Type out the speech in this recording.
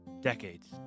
decades